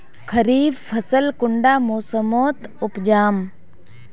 खरीफ फसल कुंडा मोसमोत उपजाम?